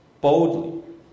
boldly